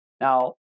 Now